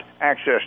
access